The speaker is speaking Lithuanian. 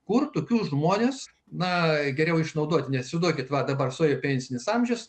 kur tokių žmones na geriau išnaudoti nesiduokit va dabar suėjo pensinis amžius